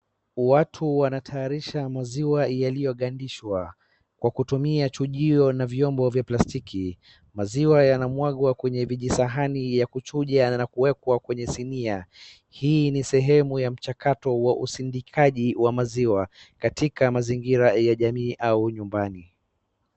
Watu wanatayarisha maziwa yaliyogandishwa kwa kutumia chujio na vyombo vya plastiki, maziwa yanamwagwa kwenye vijisahani ya kuchuja na kuwekwa kwenye sinia. Hii ni sehemu ya mchakato wa usindikaji wa maziwa katika mazingira ya jamii au nyumbani.